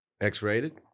x-rated